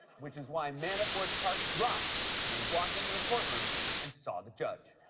which is why manafort's heart dropped when he walked into the courtroom and saw the judge.